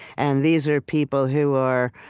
and these are people who are,